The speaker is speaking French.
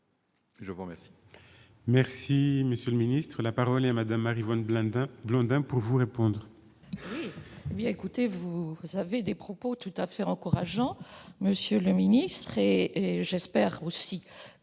je vous remercie